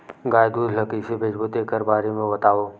गाय दूध ल कइसे बेचबो तेखर बारे में बताओ?